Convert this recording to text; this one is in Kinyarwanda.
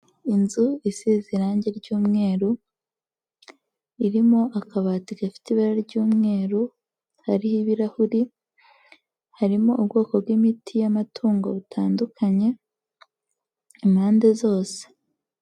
Inzu isize irangi ry'umweru, irimo akabati gafite ibara ry'umweru, hariho ibirahuri, harimo ubwoko bw'imiti y'amatungo butandukanye impande zose.